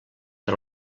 per